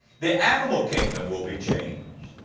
the animal kingdom will be changed.